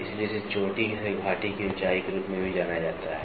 इसलिए इसे चोटी से घाटी की ऊंचाई के रूप में भी जाना जाता है